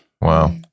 Wow